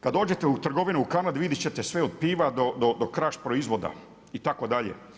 Kada dođete u trgovinu u Kanadi vidjeti ćete sve od piva do Kraš proizvoda, itd.